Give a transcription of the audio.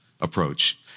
approach